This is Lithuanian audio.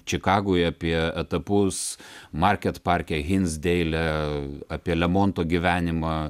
čikagoje apie etapus market parke hins deilę apie lemonto gyvenimą